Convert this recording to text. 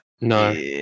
No